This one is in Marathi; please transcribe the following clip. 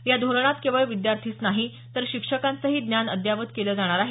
या धोरणात केवळ विद्यार्थीच नाही तर शिक्षकांचंही ज्ञान अद्ययावत केलं जाणार आहे